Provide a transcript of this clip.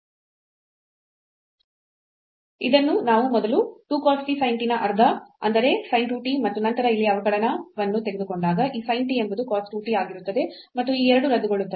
ಇದನ್ನು ನಾವು ಮೊದಲು 2 cos t sin t ನ ಅರ್ಧ ಅಂದರೆ sin 2 t ಮತ್ತು ನಂತರ ನಾವು ಇಲ್ಲಿ ಅವಕಲನವನ್ನು ತೆಗೆದುಕೊಂಡಾಗ ಈ sin t ಎಂಬುದು cos 2 t ಆಗಿರುತ್ತದೆ ಮತ್ತು ಈ 2 ರದ್ದುಗೊಳ್ಳುತ್ತದೆ